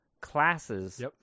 classes